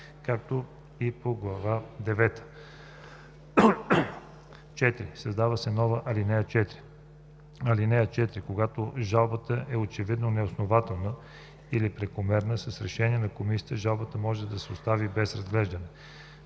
както и по глава девета.“ 4. Създава се нова ал. 4: „(4) Когато жалбата е очевидно неоснователна или прекомерна, с решение на комисията жалбата може да се остави без разглеждане.“